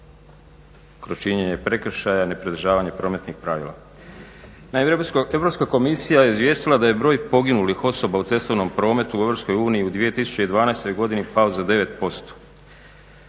kroz činjenje prekršaja, nepridržavanja prometnih pravila. Naime Europska komisija je izvijestila da je broj poginulih u cestovnom prometu u EU u 2012.godini pao za 9%.